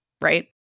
right